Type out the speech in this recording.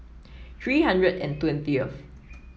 three hundred and twentieth